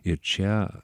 ir čia